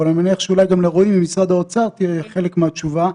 אבל אני מניח שאולי גם לרועי ממשרד האוצר יהיה חלק מהתשובה,